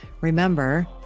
Remember